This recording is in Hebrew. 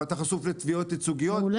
ואתה חשוף לתביעות ייצוגיות -- מאה אחוז.